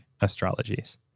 astrologies